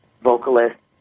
vocalist